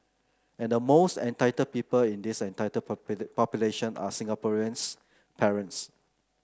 and the most entitled people in this entitled population are Singaporeans parents